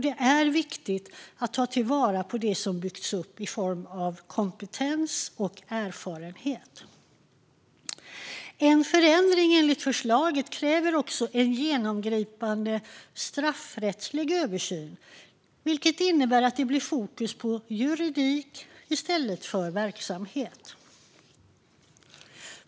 Det är viktigt att ta till vara det som har byggts upp i form av kompetens och erfarenhet. En förändring enligt förslaget kräver också en genomgripande straffrättslig översyn, vilket innebär fokus på juridik i stället för verksamhet.